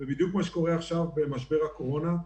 ובדיוק כמו שקורה עכשיו במשבר הקורונה.